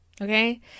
Okay